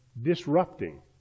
disrupting